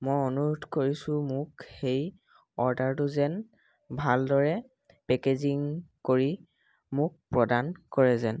মই অনুৰোধ কৰিছোঁ মোক সেই অৰ্ডাৰটো যেন ভালদৰে পেকেজিং কৰি মোক প্ৰদান কৰে যেন